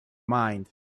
mind